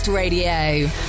Radio